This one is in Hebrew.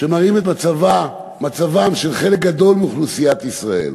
שמראים את מצבו של חלק גדול מאוכלוסיית ישראל,